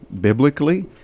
biblically